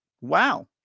Wow